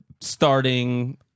starting